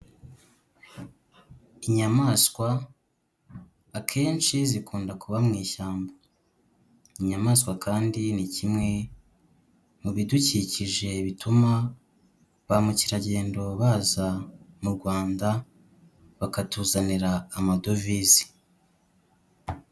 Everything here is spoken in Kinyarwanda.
Inyamaswa akenshi zikunda kuba mu ishyamba. Inyamaswa kandi ni kimwe mu bidukikije bituma ba mukerarugendo baza mu Rwanda bakatuzanira amadovize.